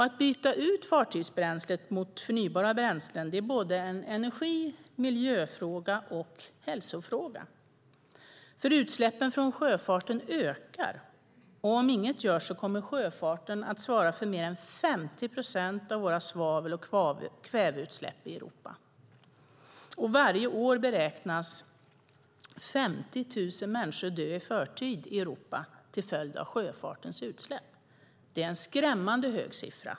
Att byta ut fartygsbränslet mot förnybara bränslen är en energi-, miljö och hälsofråga. Utsläppen från sjöfarten ökar. Om inget görs kommer sjöfarten att svara för mer än 50 procent av våra svavel och kväveutsläpp i Europa. Varje år beräknas 50 000 människor att dö i förtid i Europa till följd av sjöfartens utsläpp. Det är en skrämmande hög siffra.